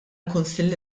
kunsilli